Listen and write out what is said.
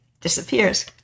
disappears